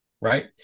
Right